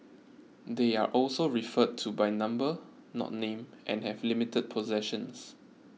they are also referred to by number not name and have limited possessions